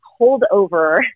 holdover